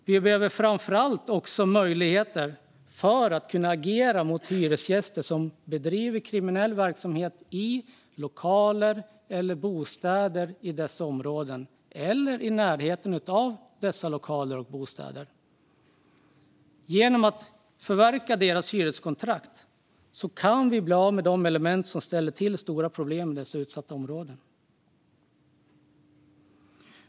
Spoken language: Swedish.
De behöver framför allt kunna agera mot hyresgäster som bedriver kriminell verksamhet i lokaler eller bostäder eller i närheten av lokaler och bostäder. Genom att säga upp deras hyreskontrakt kan vi bli av med de element som ställer till stora problem i utsatta områden.